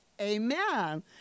amen